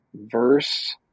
verse